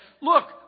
look